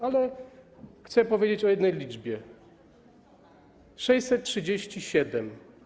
Ale chcę powiedzieć o jednej liczbie: 637.